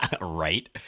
Right